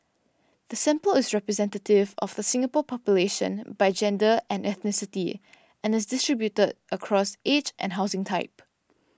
the sample is representative of the Singapore population by gender and ethnicity and is distributed across age and housing type